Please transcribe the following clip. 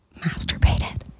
masturbated